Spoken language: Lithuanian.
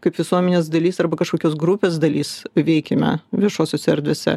kaip visuomenės dalis arba kažkokios grupės dalis veikiame viešosiose erdvėse